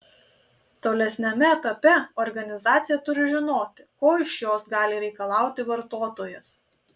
tolesniame etape organizacija turi žinoti ko iš jos gali reikalauti vartotojas